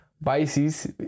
biases